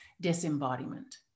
disembodiment